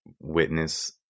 witness